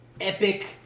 epic